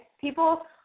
People